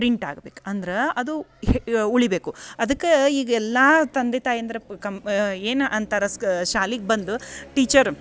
print ಆಗ್ಬೇಕು ಅಂದ್ರೆ ಅದು ಉಳಿಬೇಕು ಅದಕ್ಕೆ ಈಗ ಎಲ್ಲಾ ತಂದೆ ತಾಯಂದಿರು ಬ ಕಮ್ ಏನು ಅಂತಾರ ಸ್ಕಾ ಶಾಲೆಗೆ ಬಂದು ಟೀಚರ್